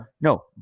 No